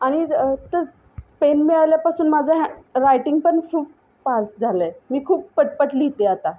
आणि त पेन मिळाल्यापासून माझं रायटिंग पण खूप फास्ट झालं आहे मी खूप पटपट लिहिते आता